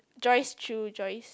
Joyce Choo Joyce